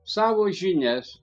savo žinias